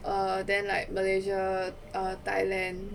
err then like malaysia err thailand